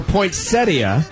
Poinsettia